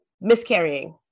miscarrying